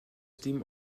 dim